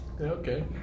Okay